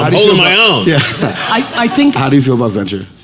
i'm holdin' my own! yeah i think. how do you feel about ventures?